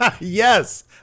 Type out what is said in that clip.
Yes